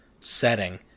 setting